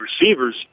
receivers